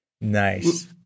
Nice